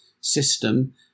system